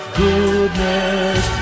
Goodness